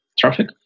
traffic